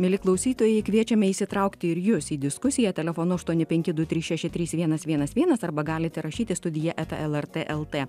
mieli klausytojai kviečiame įsitraukti ir jus į diskusiją telefonu aštuoni penki du trys šeši trys vienas vienas vienas arba galite rašyti studija eta lrt lt